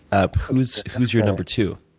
ah who's who's your number two?